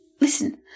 Listen